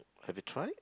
can be tried